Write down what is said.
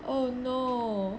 oh no